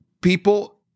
people